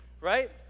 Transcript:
right